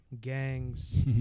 gangs